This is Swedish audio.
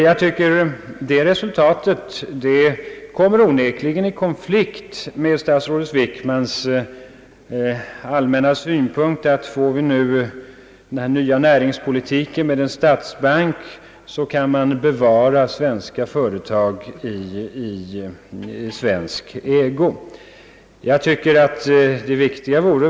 Jag tycker att det resultatet onekligen kommer i konflikt med statsrådet Wickmans allmänna synpunkt. Huvudsyftet med den tilltänkta statsbanken skulle tydligen nu vara att de svenska företagen skall ligga kvar i svensk ägo. Men detta går också att åstadkomma genom lån i utlandet om svenska företag får använda pengarna inom landet.